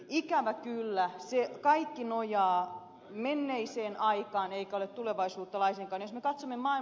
ikävä kyllä kaikki nojaa menneeseen aikaan eikä ole tulevaisuutta laisinkaan